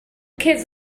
kids